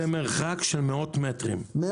זה מרחק של מאות מטרים בלבד.